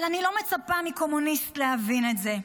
אבל אני לא מצפה מקומוניסט להבין את זה.